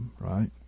right